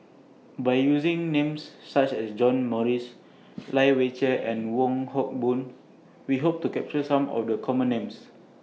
By using Names such as John Morrice Lai Weijie and Wong Hock Boon We Hope to capture Some of The Common Names